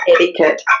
etiquette